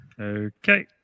Okay